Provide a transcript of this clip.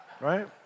Right